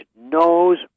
knows